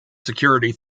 security